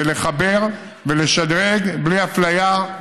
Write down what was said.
ולחבר ולשדרג בלי אפליה.